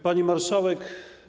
Pani Marszałek!